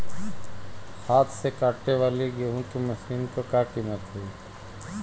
हाथ से कांटेवाली गेहूँ के मशीन क का कीमत होई?